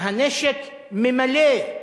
הנשק ממלא,